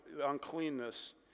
uncleanness